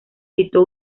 citó